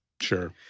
Sure